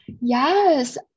Yes